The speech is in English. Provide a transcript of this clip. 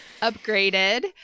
upgraded